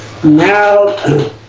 Now